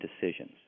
decisions